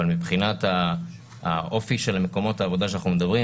אבל מבחינת אופי מקומות העבודה שעליהם אנחנו מדברים,